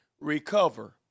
recover